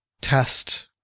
test